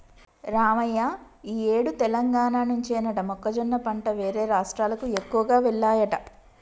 రావయ్య ఈ ఏడు తెలంగాణ నుంచేనట మొక్కజొన్న పంట వేరే రాష్ట్రాలకు ఎక్కువగా వెల్లాయట